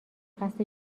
قصد